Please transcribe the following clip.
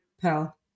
pal